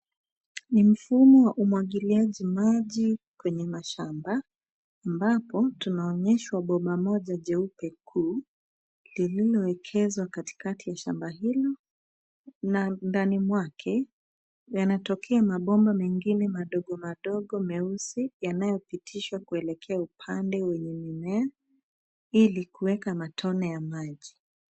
Ni mfumo wa umwagiliaji maji kwenye mashamba ambapo tunaonyeshwa bomba moja jeupe kuu lililoekezwa katikati ya shamba hilo, na ndani mwake yanatokea mabomba mengine madogo, madogo meusi yanatopitishwa kuelekea upande wenye mimea ili kuweka matone ya maji.